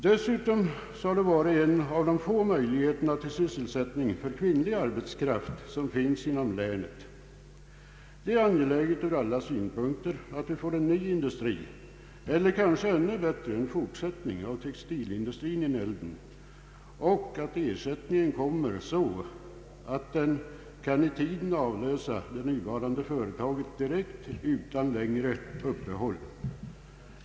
Dessutom har ullspinneriet varit en av de få möjligheterna till sysselsättning för den kvinnliga arbetskraft som finns inom länet. Det är angeläget från alla synpunkter att vi får en ny industri eller — kanske ännu bättre — en fortsättning av textilindustrin i Nälden och att ersättningen kommer så att den kan i tiden direkt avlösa det nuvarande företaget utan längre uppehåll.